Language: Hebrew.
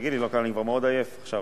תגיד לי, אני כבר מאוד עייף עכשיו.